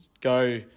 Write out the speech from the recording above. go